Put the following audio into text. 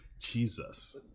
jesus